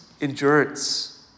endurance